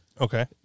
Okay